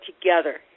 together